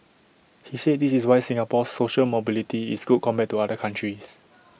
he said this is why Singapore's social mobility is good compared to other countries